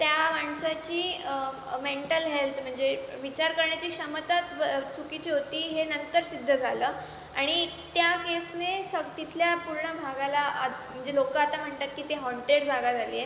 त्या माणसाची mental health म्हणजे विचार करण्याची क्षमताच व चुकीची होती हे नंतर सिद्ध झालं आणि त्या केसने सग् तिथल्या पूर्ण भागाला आता म्हणजे लोकं आता म्हणतात की ते हॉंटेड जागा झाली आहे